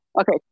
Okay